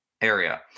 area